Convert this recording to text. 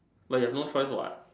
but you have no choice what